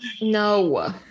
No